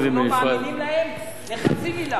אנחנו לא מאמינים להם לחצי מלה,